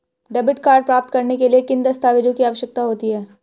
Debit card प्राप्त करने के लिए किन दस्तावेज़ों की आवश्यकता होती है?